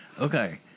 okay